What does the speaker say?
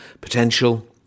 potential